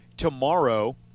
tomorrow